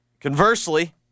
Conversely